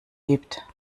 gibt